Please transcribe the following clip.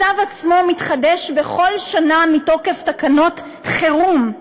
הצו עצמו מתחדש בכל שנה מתוקף תקנות חירום.